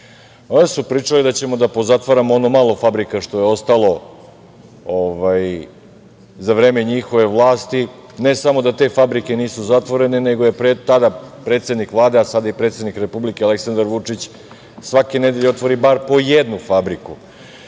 Onda su pričali da ćemo da pozatvaramo ono malo fabrika što je ostalo za vreme njihove vlasti, ne samo da te fabrike nisu zatvorene, nego je tada predsednik Vlade, a sad je predsednik Republike, Aleksandar Vučić, svake nedelje otvori bar po jednu fabriku. Bilo